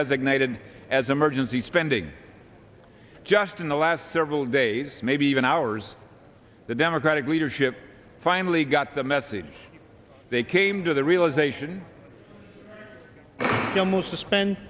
designated as emergency spending just in the last several days maybe even hours the democratic leadership finally got the message they came to the realization the most to spend